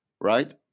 right